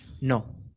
No